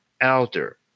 elder